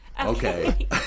Okay